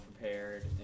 prepared